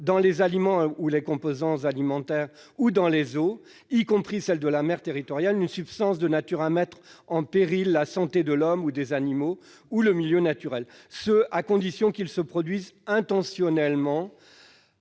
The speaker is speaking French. dans les aliments ou les composants alimentaires ou dans les eaux, y compris celles de la mer territoriale, une substance de nature à mettre en péril la santé de l'homme ou des animaux ou le milieu naturel ». Ce, à condition qu'il se produise « intentionnellement